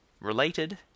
related